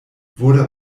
wurde